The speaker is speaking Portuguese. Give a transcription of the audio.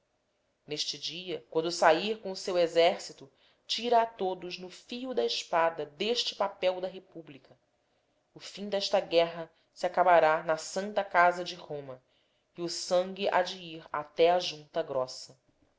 neste dia quando sahir com o seu exercito tira a todos no fio da espada deste papel da republica o fim desta guerra se acabará na santa casa de roma e o sangue hade ir até a junta grossa